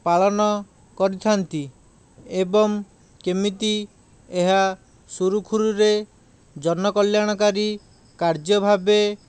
ପାଳନ କରିଥାନ୍ତି ଏବଂ କେମିତି ଏହା ସୁରୁଖୁରୁରେ ଜନ କଲ୍ୟାଣକାରି କାର୍ଯ୍ୟ ଭାବେ